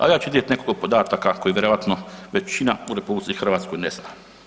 Ali ja ću iznijeti nekoliko podataka koje vjerojatno većina u RH ne zna.